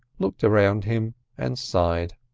looked around him and sighed.